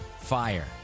Fire